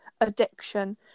addiction